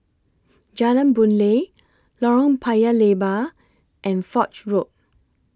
Jalan Boon Lay Lorong Paya Lebar and Foch Road